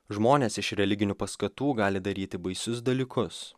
žmonės iš religinių paskatų gali daryti baisius dalykus